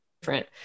different